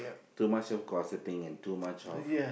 too much of gossiping and too much of